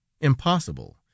impossible